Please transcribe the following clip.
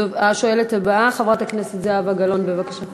השואלת הבאה, חברת הכנסת זהבה גלאון, בבקשה.